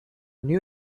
new